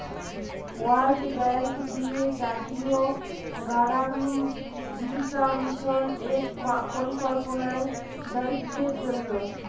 world bank দিয়ে জাতীয় গড়ামিন জীবিকা মিশন এক পরিকল্পনা দরিদ্রদের জন্য